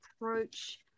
approach